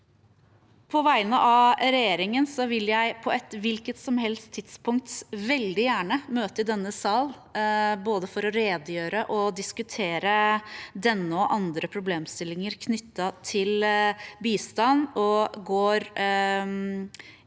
På vegne av regjeringen vil jeg på et hvilket som helst tidspunkt veldig gjerne møte i denne sal både for å redegjøre og for å diskutere denne og andre problemstillinger knyttet til bistand, og jeg går